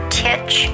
titch